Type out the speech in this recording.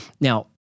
Now